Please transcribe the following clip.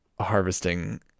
harvesting